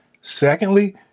Secondly